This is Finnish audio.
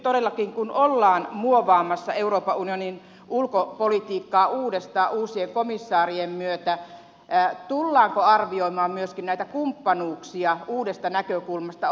nyt todellakin kun ollaan muovaamassa euroopan unionin ulkopolitiikkaa uudestaan uusien komissaarien myötä tullaanko arvioimaan myöskin näitä kumppanuuksia uudesta näkökulmasta